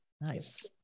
nice